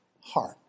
heart